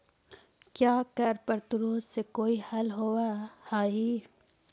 क्या कर प्रतिरोध से कोई हल होवअ हाई